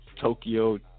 Tokyo